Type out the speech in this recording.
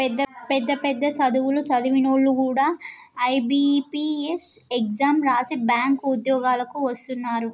పెద్ద పెద్ద సదువులు సదివినోల్లు కూడా ఐ.బి.పీ.ఎస్ ఎగ్జాం రాసి బ్యేంకు ఉద్యోగాలకు వస్తున్నరు